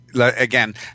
Again